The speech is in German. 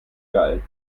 geil